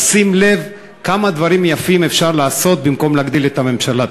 אז שים לב כמה דברים יפים אפשר לעשות במקום להגדיל את הממשלה.